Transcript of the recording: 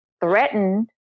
threatened